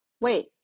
wait